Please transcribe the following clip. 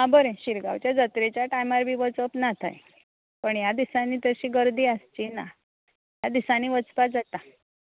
आ बरें शिरगांवचे जात्रेच्या टायमार बी वचप ना थंय पण ह्या दिसांनी तशी गर्दी आसची ना ह्या दिसांनी वचपा जाता